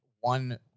one